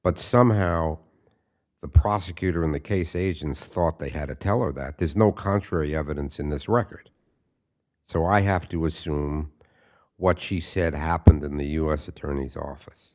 but somehow the prosecutor in the case agencies thought they had to tell her that there's no contrary evidence in this record so i have to assume what she said happened in the u s attorney's office